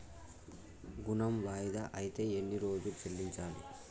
ఋణం వాయిదా అత్తే ఎన్ని రోజుల్లో చెల్లించాలి?